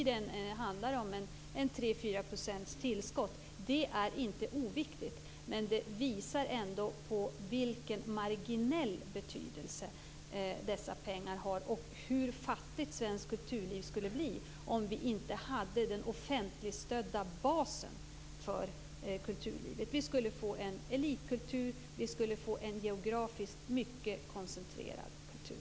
Det handlar om 3 4 % tillskott. Det är inte oviktigt. Men det visar ändå på vilken marginell betydelse dessa pengar har och hur fattigt svenskt kulturliv skulle bli om vi inte hade den offentligstödda basen för kulturlivet. Vi skulle få en elitkultur och en geografiskt mycket koncentrerad kultur.